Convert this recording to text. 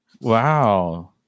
Wow